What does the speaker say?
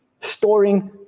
storing